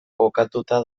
kokatuta